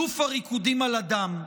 אלוף הריקודים על הדם.